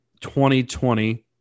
2020